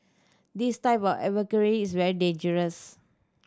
this type of advocacy is very dangerous